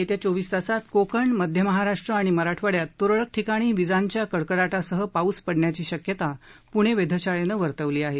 येत्या चोवीस तासांत कोकण मध्य महाराष्ट्र आणि मराठवाङ्यात तुरळक ठिकाणी विजांच्या कडकडाटासह पाऊस पडण्याची शक्यता पुणे वेधशाळेनं वर्तवली आहे